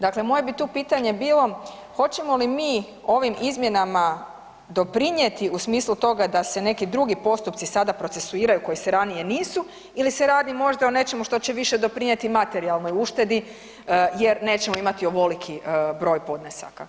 Dakle, moje bi tu pitanje bilo hoćemo li mi ovim izmjenama doprinijeti u smislu toga da se neki drugi postupci sada procesuiraju koji se ranije nisu ili se radi možda o nečemu što će više doprinijeti materijalnoj uštedi, jer nećemo imati ovoliki broj podnesaka.